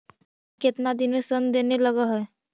मकइ केतना दिन में शन देने लग है?